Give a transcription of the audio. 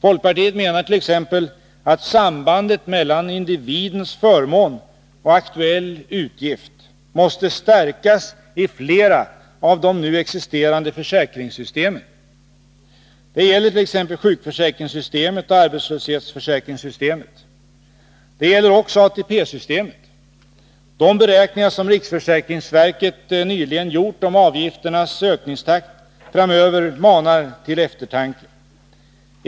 Folkpartiet menar t.ex. att sambandet mellan individens förmån och aktuell utgift måste stärkas i flera av de nu existerande försäkringssystemen. Det gäller t.ex. sjukförsäkringssystemet och arbetslöshetsförsäkringssystemet. Det gäller också ATP-systemet. De beräkningar som riksförsäkringsverket nyligen gjort om avgifternas ökningstakt framöver manar till eftertanke.